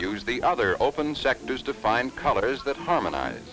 use the other open sectors to find colors that harmonize